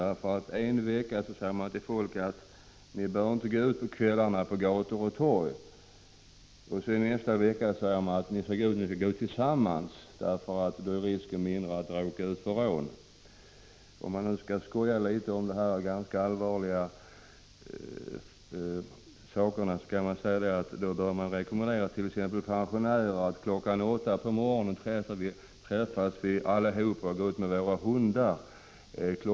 Den ena veckan säger polisen till folk att de inte bör gå ut på gator och torg på kvällarna. Nästa vecka säger man till folk att de skall gå ut tillsammans, därför att risken att råka ut för rån då är mindre. För att skoja litet om dessa ganska allvarliga saker bör man ge pensionärerna denna rekommendation: Kl. 08.00 på morgonen träffas vi allihop och går ut med våra hundar. Kl.